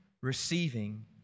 receiving